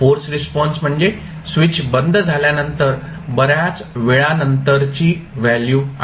force response म्हणजे switch बंद झाल्यानंतर बऱ्याच वेळा नंतरची व्हॅल्यू आहे